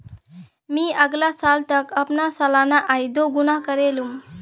मी अगला साल तक अपना सालाना आय दो गुना करे लूम